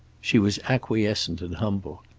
she was acquiescent and humble.